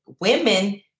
women